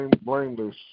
blameless